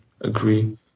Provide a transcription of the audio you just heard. agree